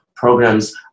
programs